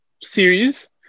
series